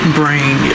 brain